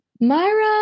Myra